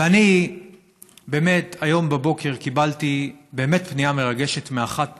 ואני היום בבוקר קיבלתי באמת פנייה מרגשת מאחת